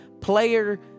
player